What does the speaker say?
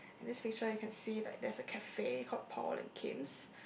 in this picture you can see like there's a cafe called Paul and Kim's